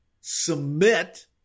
submit